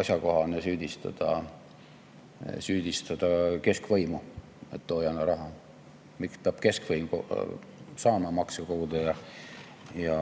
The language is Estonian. asjakohane süüdistada keskvõimu, et too ei anna raha. Miks peab keskvõim saama makse koguda ja